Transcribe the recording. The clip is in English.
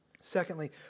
Secondly